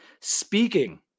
Speaking